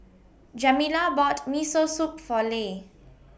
Jamila bought Miso Soup For Le